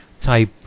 type